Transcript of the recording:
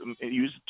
use